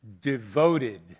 Devoted